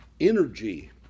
energy